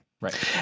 Right